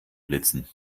blitzen